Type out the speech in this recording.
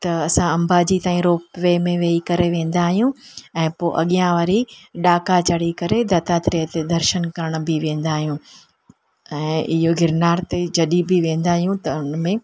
त असां अंबा जी ताईं रोप वे में वेही करे वेंदा आहियूं ऐं पोइ अॻियां वरी ॾाका चढ़ी करे दत्तात्रेय ते दर्शन करण बि वेंदा आहियूं ऐं इहो गिरनार ते जॾहिं बि वेंदा आहियूं त उन में